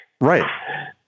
Right